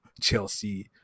Chelsea